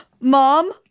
Mom